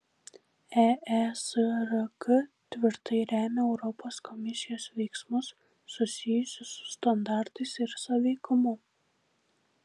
eesrk tvirtai remia europos komisijos veiksmus susijusius su standartais ir sąveikumu